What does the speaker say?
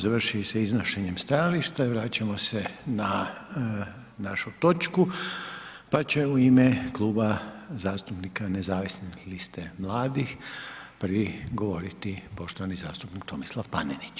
završili sa iznošenjem stajališta i vraćamo se na našu točku pa će u ime Kluba zastupnika Nezavisne liste mladih prvi govoriti poštovani zastupnik Tomislav Panenić.